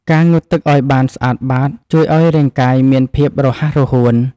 ការងូតទឹកឱ្យបានស្អាតបាត ជួយឱ្យរាងកាយមានភាពរហ័សរហួន។